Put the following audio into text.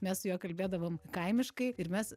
mes su juo kalbėdavom kaimiškai ir mes